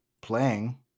playing